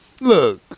look